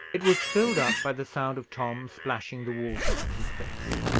it was filled up by the sound of tom splashing the water on his face,